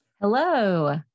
Hello